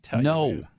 No